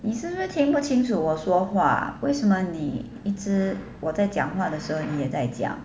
你是不是听不清楚我说话为什么你一直我在讲话的时候你也在讲